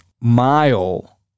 mile